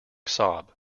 sob